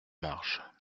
marges